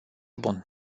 bun